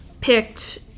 picked